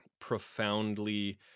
profoundly